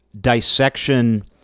dissection